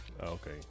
Okay